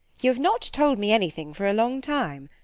you have not told me anything for a long time.